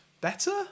Better